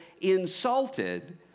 insulted